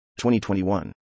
2021